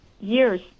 Years